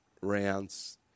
rounds